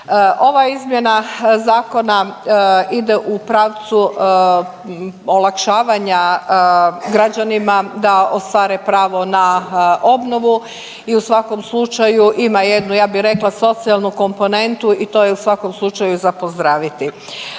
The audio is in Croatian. Ova izmjena zakona ide u pravcu olakšavanja građanima da ostvare pravo na obnovu i u svakom slučaju ima jednu, ja bi rekla, socijalnu komponentu i to je u svakom slučaju za pozdraviti.